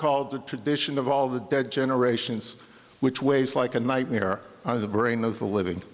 called the tradition of all the dead generations which weighs like a nightmare on the brain of the living